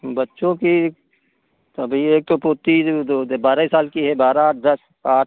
बच्चों की अभी एक तो पोती जो जो बारह साल की है बारह दस आठ